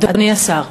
אדוני השר,